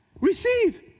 Receive